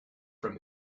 from